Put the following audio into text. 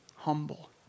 humble